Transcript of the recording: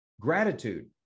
gratitude